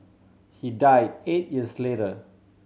he died eight years later